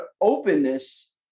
openness